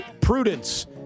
Prudence